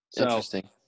Interesting